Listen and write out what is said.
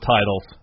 titles